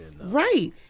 right